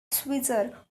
switzer